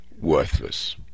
worthless